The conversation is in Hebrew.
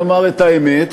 נאמר את האמת,